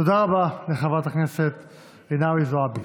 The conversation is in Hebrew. תודה רבה לחברת הכנסת רינאוי זועבי.